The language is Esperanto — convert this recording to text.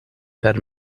per